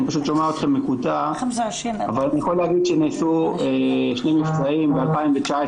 אני שומע אתכם מקוטע אבל אני יכול להגיד שהיו שני מבצעים ב-2019,